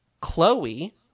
Chloe –